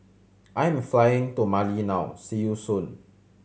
I am flying to Mali now see you soon